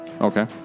Okay